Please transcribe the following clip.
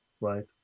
right